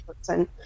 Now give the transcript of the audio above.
person